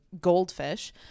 goldfish